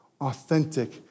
authentic